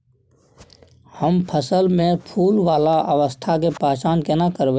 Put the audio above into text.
हम फसल में फुल वाला अवस्था के पहचान केना करबै?